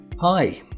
Hi